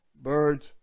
birds